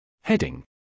Heading